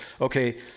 Okay